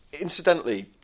Incidentally